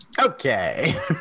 Okay